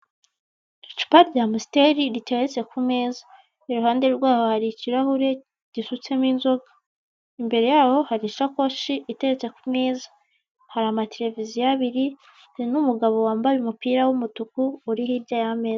Icupa rya Mosteri riteretse ku meza, iruhande rwaho hari ikirahuri gisutsemo inzoga, imbere yaho hari isakoshi itetse ku meza, hari amateleviziyo abiri n'umugabo wambaye umupira w'umutuku uri hirya y'ameza.